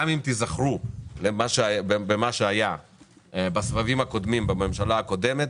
אם תיזכרו במה שהיה בסבבים הקודמים בממשלה הקודמת,